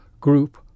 group